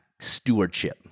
stewardship